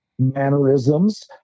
Mannerisms